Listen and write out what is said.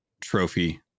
trophy